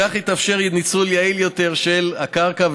בכך יתאפשר ניצול יעיל יותר של הקרקע,